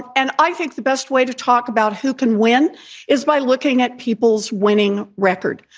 and i think the best way to talk about who can win is by looking at people's winning record.